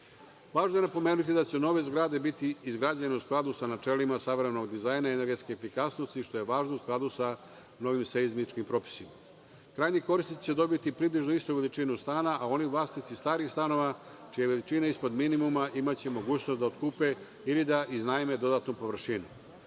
je napomenuti da će nove zgrade biti izgrađene u skladu sa načelima savremenog dizajna i energetske efikasnosti, što je važno u skladu sa novim seizmičkim propisima. Krajnji korisnici će dobiti približno istu veličinu stana, a vlasnici starih stanova čija je veličina ispod minimuma imaće mogućnost da otkupe ili da iznajme dodatnu površinu. Ukupna